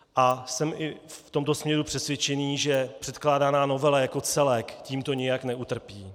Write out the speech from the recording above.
A jsem i v tomto směru přesvědčen, že předkládaná novela jako celek tímto nijak neutrpí.